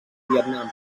vietnam